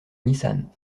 nissan